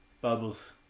bubbles